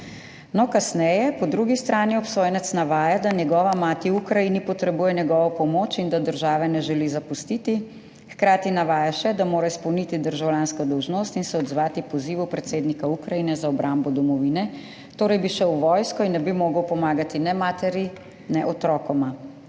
No, kasneje po drugi strani obsojenec navaja, da njegova mati v Ukrajini potrebuje njegovo pomoč in da države ne želi zapustiti, hkrati navaja še, da mora izpolniti državljansko dolžnost in se odzvati pozivu predsednika Ukrajine za obrambo domovine. Torej, bi šel v vojsko in ne bi mogel pomagati ne materi ne otrokoma,